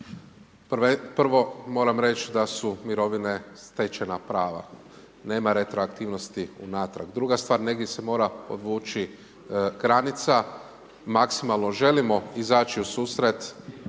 Prvo, moram reći da su mirovine stečena prava, nema retroaktivnosti unatrag, druga stvar, negdje se mora podvući granica, maksimalno želimo izaći ususret